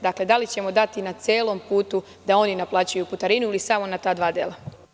Dakle, da li ćemo dati na celom putu da oni naplaćuju putarinu ili samo na ta dva dela?